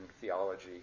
theology